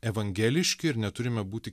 evangeliški ir neturime būti